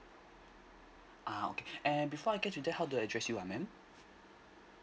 uh okay and before I get to there how to address you ah mam